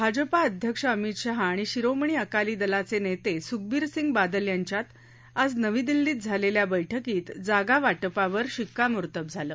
भाजपा अध्यक्ष अमित शहा आणि शिरोमणी अकाली दलाचे नेते स्खबीरसिंग बादल यांच्यात आज नवी दिल्लीत झालेल्या बैठकीत जागा वाटपावर शिक्कामोर्तब झालं